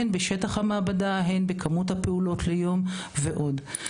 הן בשטח המעבדה והן בכמות הפעולות ליום ועוד.